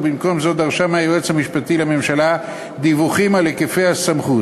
ובמקום זאת דרשה מהיועץ המשפטי לממשלה דיווחים על היקפי הסמכות.